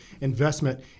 investment